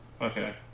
okay